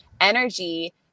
energy